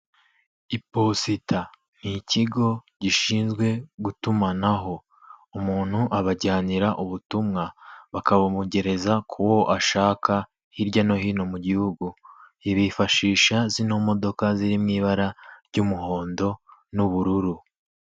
Iposita ni ikigo gishinzwe gutumanaho umuntu abajyanira ubutumwa, bakabuwongereza ku wo ashaka hirya no hino mu gihugu bifashisha zino modoka ziriw ibara ry'umuhondo n'ubururu.